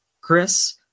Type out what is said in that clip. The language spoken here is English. Chris